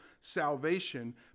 salvation